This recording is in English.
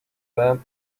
lamp